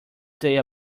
day